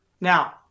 Now